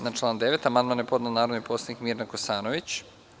Na član 9. amandman je podnela narodni poslanik Mirna Kosanović.